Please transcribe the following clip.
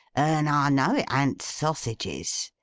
and i know it an't sausages.